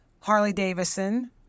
Harley-Davidson